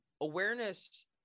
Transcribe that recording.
Awareness